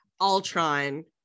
Ultron